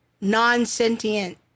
non-sentient